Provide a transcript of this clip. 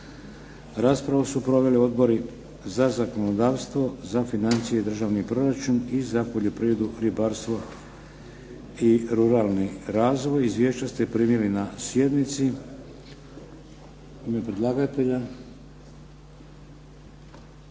Raspravu su proveli odbori za zakonodavstvo, za financije i državni proračun, i za poljoprivredu, ribarstvo i ruralni razvoj. Izvješća ste primili na sjednici.